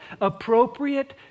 appropriate